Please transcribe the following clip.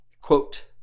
Quote